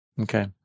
Okay